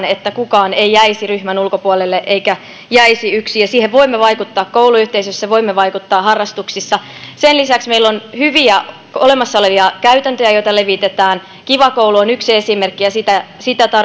että kukaan ei jäisi ryhmän ulkopuolelle eikä jäisi yksin ja siihen voimme vaikuttaa kouluyhteisöissä ja voimme vaikuttaa harrastuksissa sen lisäksi meillä on hyviä olemassa olevia käytäntöjä joita levitetään kiva koulu on yksi esimerkki ja sitä